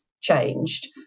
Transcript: changed